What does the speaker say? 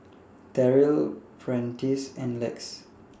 Terrill Prentice and Lex